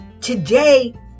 today